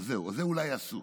אז זהו, את זה אולי עשו.